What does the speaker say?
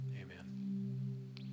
Amen